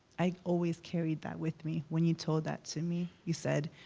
i always carried that with me. when you told that to me, you said,